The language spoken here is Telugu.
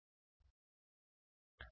కానీ ఒక సారి అవలోకనంఓవర్ వ్యూ ని చూద్దాము